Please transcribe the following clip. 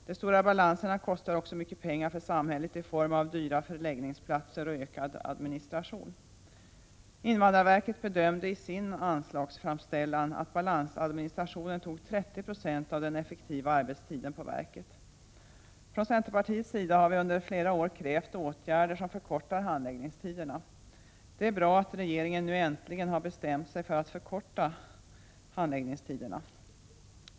Den stora balansen kostar också mycket pengar för samhället, i form av dyra förläggningsplatser och ökad administration. Invandrarverket bedömde i sin anslagsframställan att balansadministrationen upptog 30 26 av den effektiva arbetstiden på verket. Från centerpartiets sida har vi under flera år krävt åtgärder som förkortar handläggningstiderna. Det är bra att regeringen nu äntligen har bestämt sig för att förkorta handläggningstiderna.